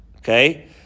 Okay